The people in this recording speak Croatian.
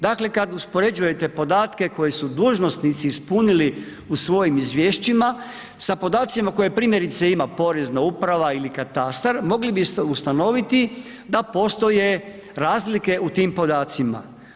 Dakle, kad uspoređujete podatke koje su dužnosnici ispunili u svojim izvješćima sa podacima koje primjerice ima Porezna uprava ili katastar, mogli biste ustanoviti da postoje razlike u tim podacima.